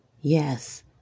Yes